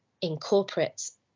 incorporates